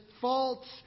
false